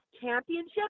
championship